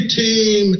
team